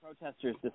protesters